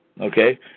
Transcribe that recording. Okay